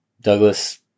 douglas